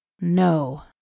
No